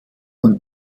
und